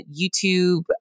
YouTube